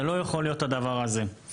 זה לא יכול להיות הדבר הזה.